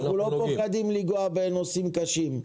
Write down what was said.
אנחנו לא פוחדים לגעת בנושאים קשים.